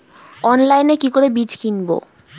অনলাইনে কি করে বীজ কিনব?